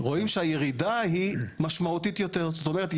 זאת אומרת,